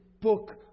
book